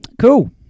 Cool